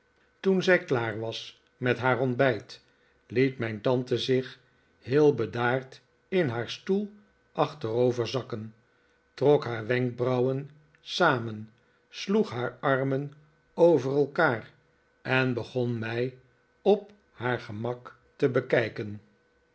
toen zij klaar was met haar ontbijt liet mijn tante zich heel bedaard in haar stoel achterover zakken trok haar wenkbrauwen samen sloeg haar armen over elkaar en begon mij op haar gemak te bekijken